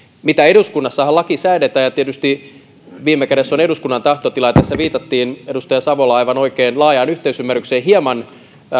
eduskunnassahan laki säädetään ja tietysti viime kädessä se on eduskunnan tahtotila ja tässä viitattiin edustaja savola viittasi aivan oikein laajaan yhteisymmärrykseen hieman